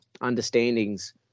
understandings